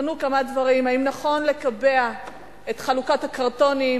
ייבחנו כמה דברים: האם נכון לקבע את חלוקת הקרטונים,